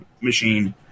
machine